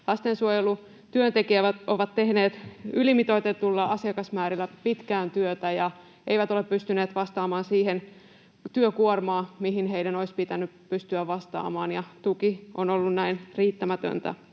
Lastensuojelun työntekijät ovat tehneet ylimitoitetuilla asiakasmäärillä pitkään työtä ja eivät ole pystyneet vastaamaan siihen työkuormaan, mihin heidän olisi pitänyt pystyä vastaamaan. Tuki on näin ollut riittämätöntä